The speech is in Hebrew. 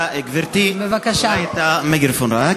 אני מודה לכם.